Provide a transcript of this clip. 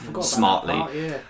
smartly